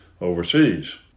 overseas